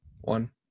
one